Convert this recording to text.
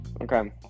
Okay